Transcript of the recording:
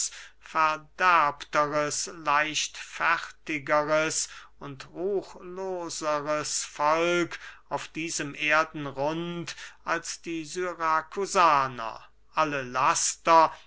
verderbteres leichtfertigers und ruchloseres volk auf diesem erdenrund als die syrakusaner alle laster